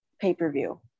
pay-per-view